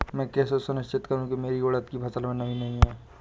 मैं कैसे सुनिश्चित करूँ की मेरी उड़द की फसल में नमी नहीं है?